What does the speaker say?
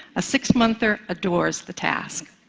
a six-monther adores the task.